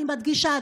אני מדגישה,